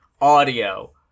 audio